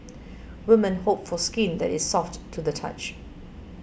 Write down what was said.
women hope for skin that is soft to the touch